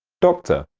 doctor,